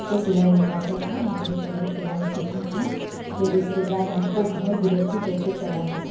हमको सिलाई नहीं आता था हमने पहले सिलाई सीखा था फिर उसके बाद हमको घर गृहस्ती कैसे चलाना था